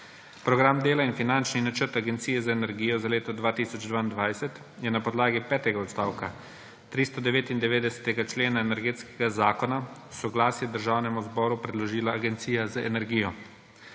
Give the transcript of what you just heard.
Program dela in finančni načrt Agencije za energijo za leto 2022 je na podlagi petega odstavka 399. člena Energetskega zakona v soglasje Državnemu zboru predložila Agencija za energijo.